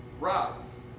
rods